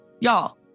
y'all